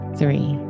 three